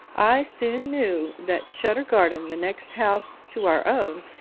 i soon knew that shuturgarden, the next house to our own,